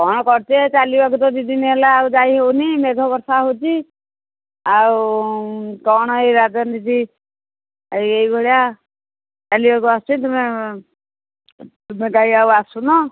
କ'ଣ କରୁଚି ଚାଲିବାକୁ ତ ଦୁଇ ଦିନ ହେଲା ଆଉ ଯାଇ ହେଉନି ମେଘ ବର୍ଷା ହେଉଛି ଆଉ କ'ଣ ଏଇ ରାଜନିଧି ଏଇ ଭଳିଆ ଚାଲିବାକୁ ଆସୁଛୁ ତୁମେ ତୁମେ କାଇଁ ଆଉ ଆସୁନ